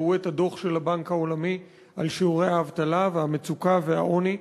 ראו את הדוח של הבנק העולמי על שיעורי האבטלה והמצוקה והעוני.